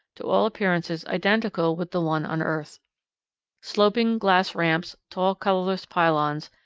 to all appearances identical with the one on earth sloping glass ramps, tall colorless pylons,